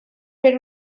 per